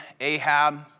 Ahab